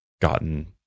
gotten